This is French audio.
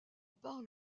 parle